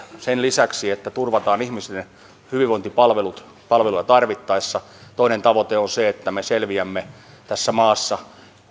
sen lisäksi että turvataan ihmisille hyvinvointipalvelut palveluja tarvittaessa ja se on se että me selviämme tässä maassa